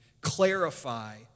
clarify